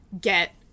get